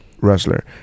wrestler